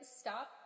stop